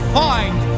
find